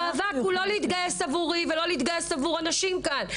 המאבק הוא לא להתגייס עבורי ולא להתגייס עבור הנשים כאן.